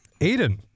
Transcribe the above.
Aiden